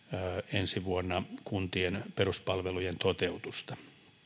ensi vuonna kuntien peruspalvelujen toteutusta